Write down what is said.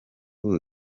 ubu